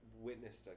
witnessed